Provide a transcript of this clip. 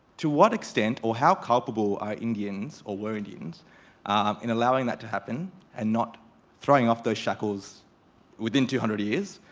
to what extent or how culpable are indians or were indians um in allowing that to happen and not throwing off those shackles within two hundred years?